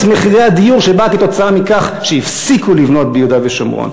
מחירי הדיור שבאה כתוצאה מכך שהפסיקו לבנות ביהודה ושומרון.